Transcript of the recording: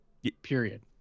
period